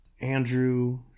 Andrew